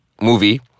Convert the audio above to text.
movie